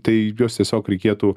tai juos tiesiog reikėtų